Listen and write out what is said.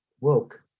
woke